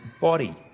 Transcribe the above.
body